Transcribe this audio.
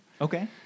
Okay